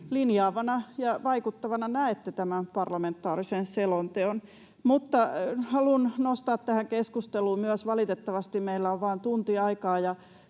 linjaavana ja vaikuttavana näette tämän parlamentaarisen selonteon? Valitettavasti meillä on vain tunti aikaa